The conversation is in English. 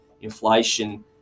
inflation